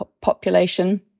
population